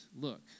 look